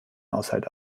haushalt